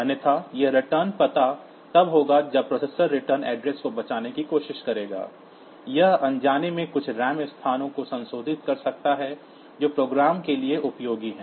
अन्यथा यह रिटर्न पता तब होगा जब प्रोसेसर रिटर्न एड्रेस को बचाने की कोशिश करेगा यह अनजाने में कुछ रैम स्थानों को संशोधित कर सकता है जो प्रोग्राम के लिए उपयोगी हैं